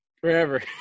Forever